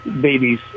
babies